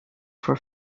for